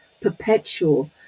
perpetual